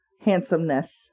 handsomeness